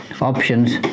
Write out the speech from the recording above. options